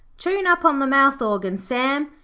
tune up on the mouth-organ, sam,